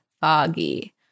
foggy